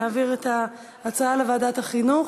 נעביר את ההצעה לוועדת החינוך.